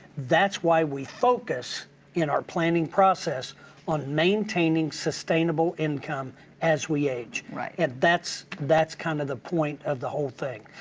that's why we focus in our planning process on maintaining sustainable income as we age. and that's that's kind of the point of the whole thing.